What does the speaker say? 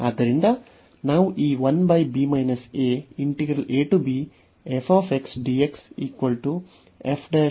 ಆದ್ದರಿಂದ ನಾವು ಈ ಅನ್ನು ಹೊಂದಿದ್ದೇವೆ